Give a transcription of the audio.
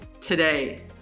today